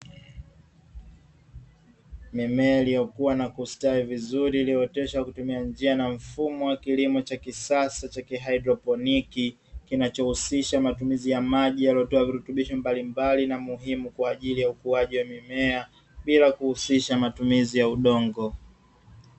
Mimea iliyokua na kustawi vizuri iliyooteshwa kwa kutumia njia na mfumo wa kilimo cha kisasa cha haidroponi, kinacho husisha matumizi ya maji yaliyo tiwa virutubisho mbalimbali na muhimu kwa ajili ya ukuaji wa mimea bila kuhusisha matumizi ya udongo.